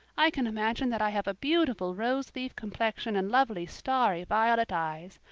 i can imagine that i have a beautiful rose-leaf complexion and lovely starry violet eyes.